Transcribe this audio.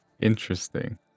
Interesting